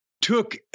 took